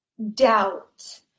Doubt